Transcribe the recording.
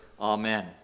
Amen